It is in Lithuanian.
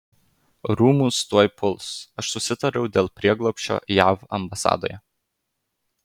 rūmus tuoj puls aš susitariau dėl prieglobsčio jav ambasadoje